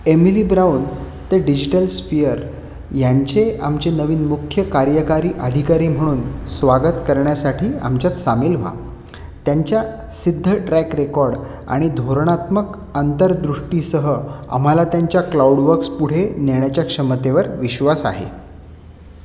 Emily Brown ते digital sphere यांचे आमचे नवीन मुख्य कार्यकारी अधिकारी म्हणून स्वागत करण्यासाठी आमच्यात सामील व्हा त्यांच्या सिद्ध ट्रॅक रेकॉर्ड आणि धोरणात्मक अंतर्दृष्टीसह आम्हाला त्यांच्या क्लाउडवर्क्स पुढे नेण्याच्या क्षमतेवर विश्वास आहे